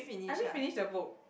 I read finish the book